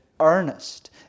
earnest